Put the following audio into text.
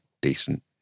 decent